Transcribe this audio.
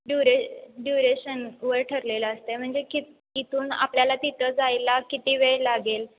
ड्युरे ड्युरेशनवर ठरलेलं असते म्हणजे की इथून आपल्याला तिथं जायला किती वेळ लागेल